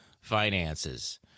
finances